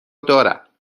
دارم